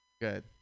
Good